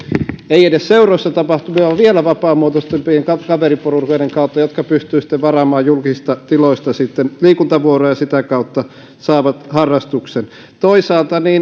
ei edes seuroissa tapahtuvien vaan vielä vapaamuotoisempien kaveriporukoiden kautta jotka pystyvät varaamaan julkisista tiloista liikuntavuoroja ja sitä kautta saavat harrastuksen toisaalta